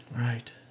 Right